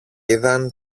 είδαν